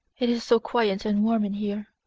it is so quiet and warm in here.